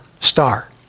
star